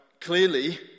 clearly